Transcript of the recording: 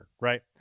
right